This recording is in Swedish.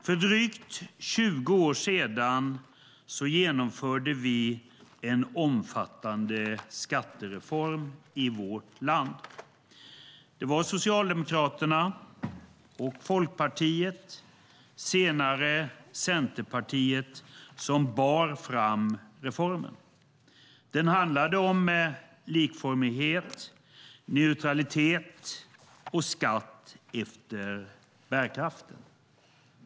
För drygt 20 år sedan genomförde vi en omfattande skattereform i vårt land. Det var Socialdemokraterna, Folkpartiet och senare Centerpartiet som bar fram reformen. Den handlade om likformighet, neutralitet och skatt efter bärkraften.